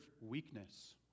weakness